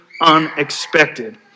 unexpected